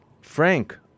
Frank